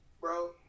Bro